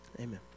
Amen